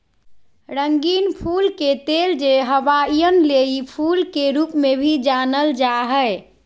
रंगीन फूल के तेल, जे हवाईयन लेई फूल के रूप में भी जानल जा हइ